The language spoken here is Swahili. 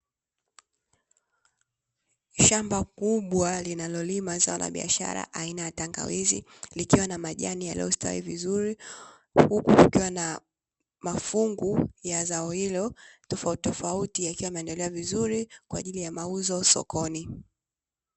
Shamba kubwa linalolima zao la biashara aina ya tangawizi, likiwa na majani yaliyostawi vizuri. Huku kukiwa na mafungu ya zao hilo tofautitofauti yakiwa yameandaliwa vizuri kwa ajili ya mauzo sokoni.